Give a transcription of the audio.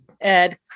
Ed